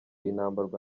inambarwa